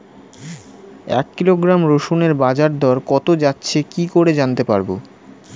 এক কিলোগ্রাম রসুনের বাজার দর কত যাচ্ছে কি করে জানতে পারবো?